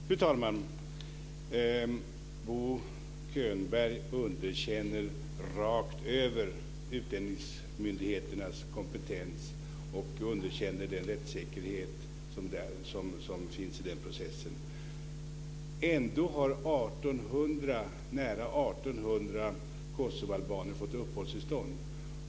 Fru talman! Bo Könberg underkänner rakt över utlänningsmyndigheternas kompetens och den rättssäkerhet som finns i den processen. Ändå har nära 1 800 kosovoalbaner fått uppehållstillstånd.